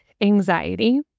anxiety